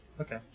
okay